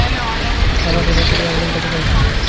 आवास ऋण के लिए आवेदन कैसे करुँ?